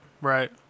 Right